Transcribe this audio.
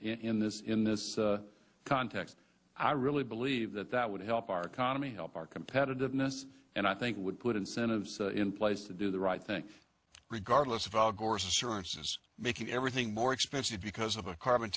in this in this context i really believe that that would help our economy help our competitiveness and i think would put incentives in place to do the right thing regardless of al gore's assurances making everything more expensive because of a carbon